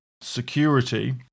security